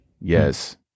Yes